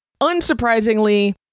Unsurprisingly